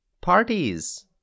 parties